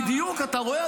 בדיוק, אתה רואה?